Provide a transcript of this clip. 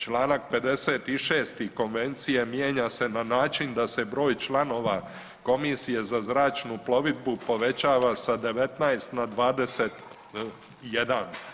Čl. 56. konvencije mijenja se na način da se broj članova komisije za zračnu plovidbu povećava sa 19 na 21.